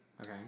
Okay